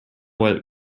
what